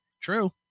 true